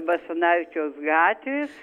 basanavičiaus gatvės